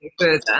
further